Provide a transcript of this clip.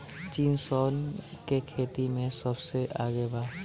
चीन सन के खेती में सबसे आगे बा